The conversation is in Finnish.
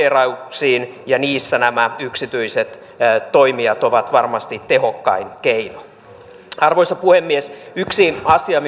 oleviin parkkeerauksiin ja niissä nämä yksityiset toimijat ovat varmasti tehokkain keino arvoisa puhemies yksi asia